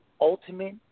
ultimate